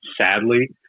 Sadly